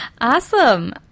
Awesome